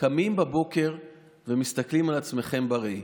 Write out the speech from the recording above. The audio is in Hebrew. קמים בבוקר ומסתכלים על עצמכם בראי?